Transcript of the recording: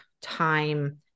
Time